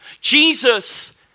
Jesus